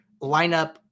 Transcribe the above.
lineup